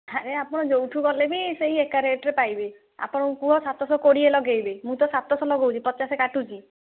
ଆରେ ଆପଣ ଯେଉଁଠୁ ଗଲେ ବି ସେହି ଏକା ରେଟରେ ପାଇବେ ଆପଣଙ୍କୁ କୁହ ସାତଶ କୋଡ଼ିଏ ଲଗାଇବେ ମୁଁ ତ ସାତଶ ଲଗଉଛି ପଚାଶେ କାଟୁଛି